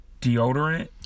deodorant